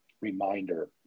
reminder